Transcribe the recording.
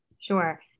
Sure